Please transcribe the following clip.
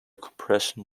compression